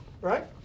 Right